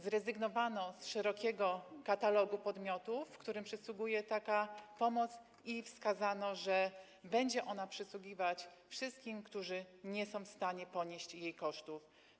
Zrezygnowano z szerokiego katalogu podmiotów, którym przysługuje taka pomoc, i wskazano, że będzie ona przysługiwać wszystkim, którzy nie są w stanie ponieść jej kosztów.